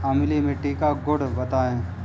अम्लीय मिट्टी का गुण बताइये